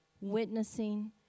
Witnessing